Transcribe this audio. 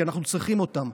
כי אנחנו צריכים אותם,